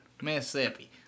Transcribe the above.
Mississippi